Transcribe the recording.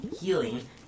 healing